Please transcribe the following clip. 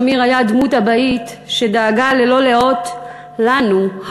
שמיר היה דמות אבהית שדאגה ללא לאות לנו,